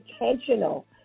intentional